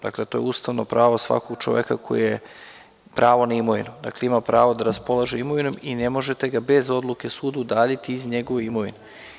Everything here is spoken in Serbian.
Dakle, to je ustavno pravo svakog čoveka - pravo na imovinu, dakle, ima pravo da raspolaže imovinom i ne možete ga bez odluke suda udaljiti iz njegove imovine.